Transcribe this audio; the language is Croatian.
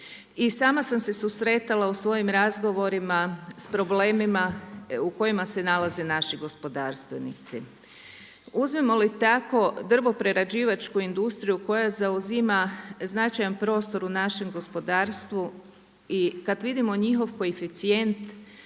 I sama sam se susretala u svojim razgovorima s problemima u kojima se nalaze naši gospodarstvenici. Uzmemo li tako drvoprerađivačku industriju koja zauzima značajan prostor u našem gospodarstvu i kada vidimo njihov koeficijent,